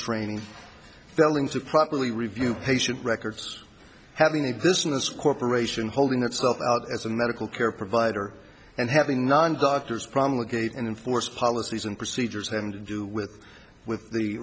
training failing to properly review patient records having a business corporation holding themselves out as a medical care provider and having non doctors promulgated and enforced policies and procedures having to do with with the